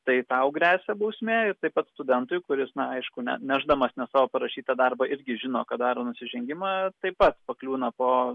tai tau gresia bausmė ir taip pat studentui kuris na aišku ne nešdamas ne savo parašytą darbą irgi žino kad daro nusižengimą taip pat pakliūna po